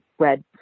red